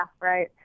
right